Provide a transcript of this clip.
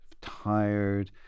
tired